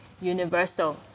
universal